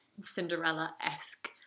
Cinderella-esque